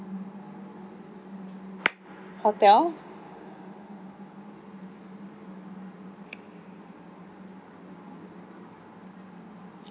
hotel